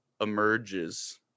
emerges